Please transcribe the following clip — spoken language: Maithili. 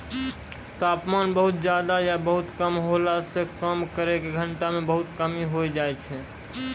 तापमान बहुत ज्यादा या बहुत कम होला सॅ काम करै के घंटा म बहुत कमी होय जाय छै